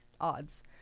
odds